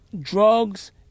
Drugs